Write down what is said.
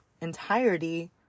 entirety